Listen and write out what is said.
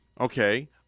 Okay